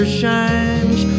shines